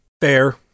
Fair